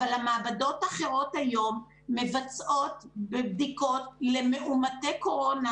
אבל המעבדות האחרות היום מבצעות בדיקות למאומתי קורונה